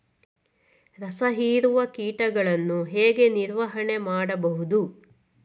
ರಸ ಹೀರುವ ಕೀಟಗಳನ್ನು ಹೇಗೆ ನಿರ್ವಹಣೆ ಮಾಡಬಹುದು?